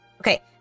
Okay